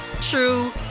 true